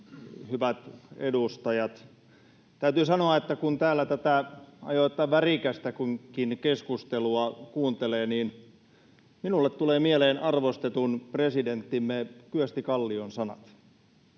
Hyvät edustajat! Täytyy sanoa, että kun täällä tätä ajoittain värikästäkin keskustelua kuuntelee, niin minulle tulee mieleen arvostetun presidenttimme Kyösti Kallion sanat: